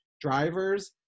drivers